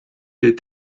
est